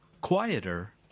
quieter